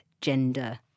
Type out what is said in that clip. gender